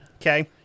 Okay